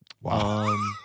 wow